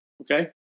okay